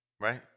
Right